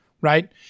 right